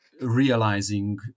realizing